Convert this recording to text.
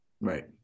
Right